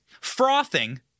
frothing